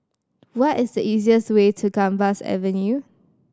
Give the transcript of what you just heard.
what is the easiest way to Gambas Avenue